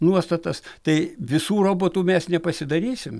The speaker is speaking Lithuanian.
nuostatas tai visų robotų mes nepasidarysim